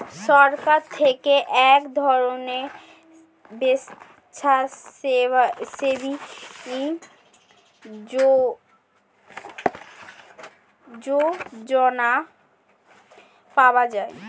সরকার থেকে এক ধরনের স্বেচ্ছাসেবী যোজনা পাওয়া যায়